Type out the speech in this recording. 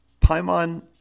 Paimon